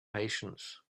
patience